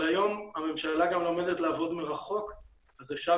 היום הממשלה גם לומדת לעבוד מרחוק אז אפשר